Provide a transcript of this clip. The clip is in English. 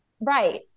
Right